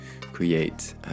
create